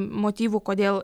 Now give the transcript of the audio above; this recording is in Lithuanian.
motyvų kodėl